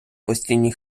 постійні